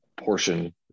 portion